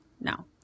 now